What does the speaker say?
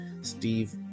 Steve